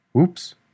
Oops